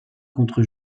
contre